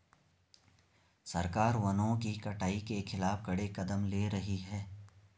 सरकार वनों की कटाई के खिलाफ कड़े कदम ले रही है